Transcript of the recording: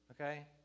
okay